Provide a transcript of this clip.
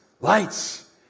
lights